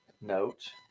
note